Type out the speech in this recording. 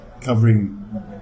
covering